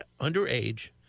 underage